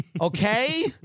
Okay